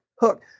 hook